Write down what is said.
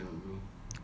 really